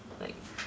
like